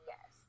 Yes